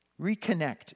Reconnect